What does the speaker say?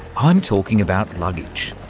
i'm talking about luggage.